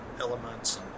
elements